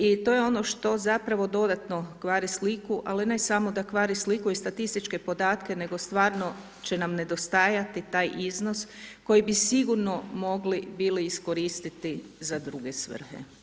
I to je ono što zapravo dodatno kvari sliku ali ne samo da kvari sliku i statističke podatke nego stvarno će nam nedostajati taj iznos koji bi sigurno mogli bili iskoristiti za druge svrhe.